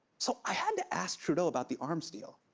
so, i had to ask trudeau about the arms deal,